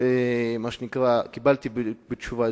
קיבלתי בתשובה,